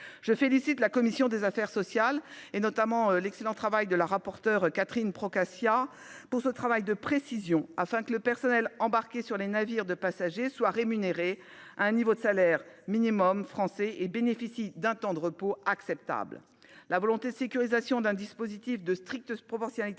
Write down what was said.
Je félicite la commission des affaires sociales, notamment sa rapporteure Catherine Procaccia, pour son excellent travail de précision afin que le personnel embarqué sur les navires de passagers soit rémunéré au niveau du salaire minimum français et qu'il bénéficie d'un temps de repos acceptable. La volonté de sécurisation d'un dispositif de stricte proportionnalité